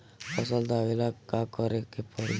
फसल दावेला का करे के परी?